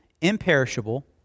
imperishable